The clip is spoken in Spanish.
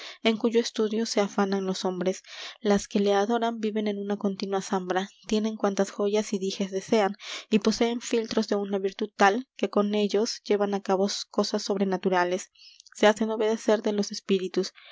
en cuyo estudio se afanan los hombres las que le adoran viven en una continua zambra tienen cuantas joyas y dijes desean y poseen filtros de una virtud tal que con ellos llevan á cabo cosas sobrenaturales se hacen obedecer de los espíritus